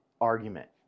argument